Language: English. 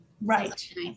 Right